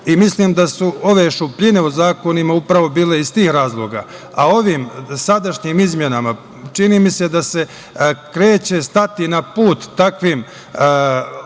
podršku. Mislim da su ove šupljine u zakonima upravo bile iz tih razloga, a ovim sadašnjim izmenama, čini mi se, da se kreće stati na put takvim lobijima,